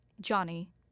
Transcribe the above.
Johnny